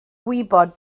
gwybod